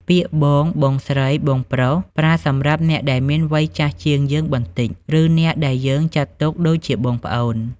ពាក្យ បង បងស្រី បងប្រុស ប្រើសម្រាប់អ្នកដែលមានវ័យចាស់ជាងយើងបន្តិច ឬអ្នកដែលយើងចាត់ទុកដូចជាបងប្អូន។